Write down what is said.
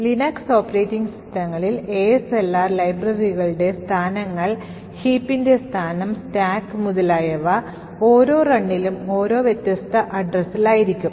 Linux operating സിസ്റ്റങ്ങളിൽ ASLR ലൈബ്രറികളുടെ സഥാനങ്ങൾ heapന്റെ സ്ഥാനം സ്റ്റാക്ക് മുതലായവ ഓരോ runലും ഓരോ വ്യത്യസ്ത addressesൽ ആയിരിക്കും